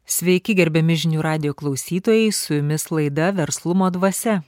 sveiki gerbiami žinių radijo klausytojai su jumis laida verslumo dvasia